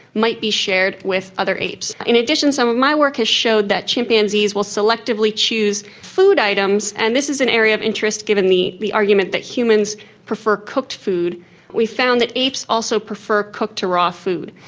might be shared with other apes. in addition, some of my work has shown that chimpanzees will selectively choose food items, and this is an area of interest given the the argument that humans prefer cooked food, and we found that apes also prefer cooked to raw food.